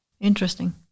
Interesting